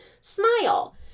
Smile